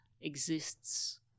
exists